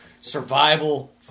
survival